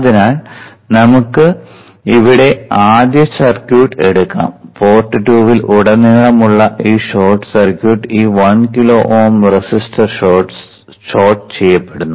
അതിനാൽ നമുക്ക് ഇവിടെ ആദ്യ സർക്യൂട്ട് എടുക്കാം പോർട്ട് 2 ൽ ഉടനീളമുള്ള ഈ ഷോർട്ട് സർക്യൂട്ട്ൽ ഈ 1 കിലോ Ω റെസിസ്റ്റർ ഷോർട്ട് ചെയ്യപ്പെടുന്നു